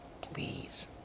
please